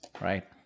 Right